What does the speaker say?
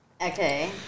Okay